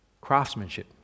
craftsmanship